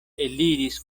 eliris